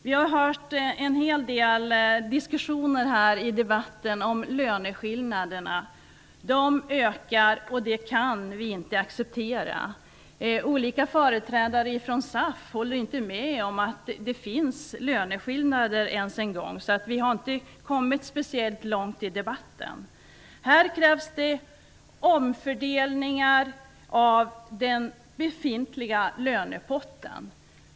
Vi har i debatten hört en hel del om att löneskillnaderna ökar, och det kan vi inte acceptera. Olika företrädare för SAF håller inte ens en gång med om att det finns löneskillnader, så vi har inte kommit speciellt långt i debatten. Det krävs omfördelningar av den befintliga lönepotten.